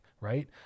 right